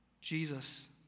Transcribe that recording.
Jesus